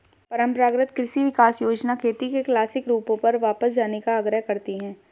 परम्परागत कृषि विकास योजना खेती के क्लासिक रूपों पर वापस जाने का आग्रह करती है